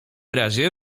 razie